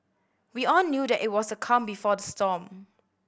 we all knew that it was a calm before the storm